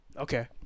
Okay